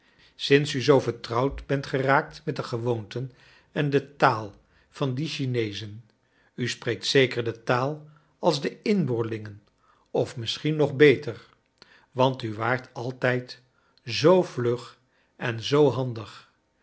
sinds u zoo vertrouwd bent geraakt met de gewoonten en de taal van die chinezen u spreekt zeker de taal als de inboorlingen of misschien nog beter want u waart altijd zoo vlug en zoo handig